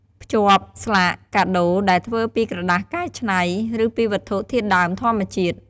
ភ្ជាប់ ស្លាកកាដូរដែលធ្វើពីក្រដាសកែច្នៃ ឬពីវត្ថុធាតុដើមធម្មជាតិ។